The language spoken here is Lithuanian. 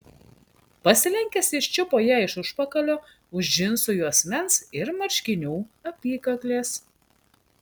pasilenkęs jis čiupo ją iš užpakalio už džinsų juosmens ir marškinių apykaklės